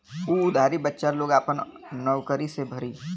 उ उधारी बच्चा लोग आपन नउकरी से भरी